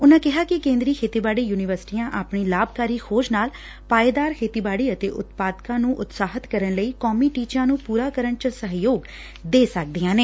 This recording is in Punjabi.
ਉਨਾਂ ਕਿਹਾ ਕਿ ਕੇ ਦਰੀ ਖੇਤੀਬਾਤੀ ਯੁਨੀਵਰਸਿਟੀਆਂ ਆਪਣੀ ਲਾਭਕਾਰੀ ਖੋਜ ਨਾਲ ਪਾਏਦਾਰ ਖੇਤੀਬਾੜੀ ਅਤੇ ਉਂਤਪਾਦਕਤਾ ਨੂੰ ਉਤਸ਼ਾਹਿਤ ਕਰਨ ਲਈ ਕੌਮੀ ਟੀਚਿਆਂ ਨੂੰ ਪੁਰਾ ਕਰਨ ਚ ਸਹਿਯੋਗ ਦੇ ਸਕਦੀਆਂ ਨੇ